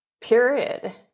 period